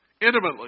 intimately